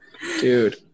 Dude